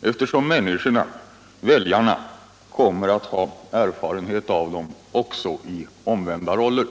eftersom människorna-väljarna kommer att ha erfarenheter av dem också i omvända roller.